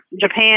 Japan